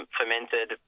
fermented